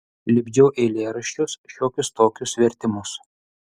lipdžiau eilėraščius šiokius tokius vertimus